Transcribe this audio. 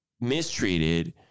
mistreated